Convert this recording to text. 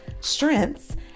strengths